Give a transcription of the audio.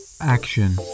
Action